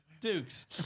Dukes